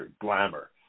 glamour